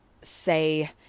say